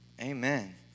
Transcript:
Amen